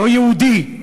לא יהודי,